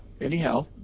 anyhow